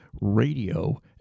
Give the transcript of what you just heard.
radio